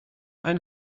ein